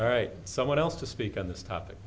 all right someone else to speak on this topic